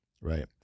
right